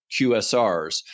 QSRs